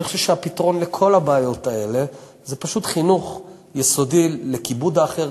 אני חושב שהפתרון לכל הבעיות האלה זה פשוט חינוך יסודי לכיבוד האחר,